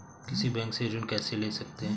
किसी बैंक से ऋण कैसे ले सकते हैं?